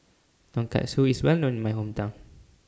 Tonkatsu IS Well known in My Hometown